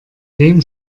dem